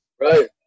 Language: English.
Right